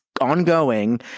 ongoing